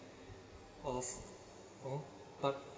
of uh but